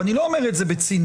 ואני לא אומר זאת בציניות,